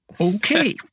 Okay